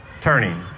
turning